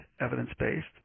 evidence-based